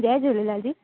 जय Jhulelal जी